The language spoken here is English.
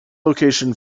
location